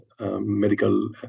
medical